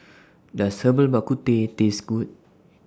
Does Herbal Bak Ku Teh Taste Good